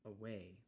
away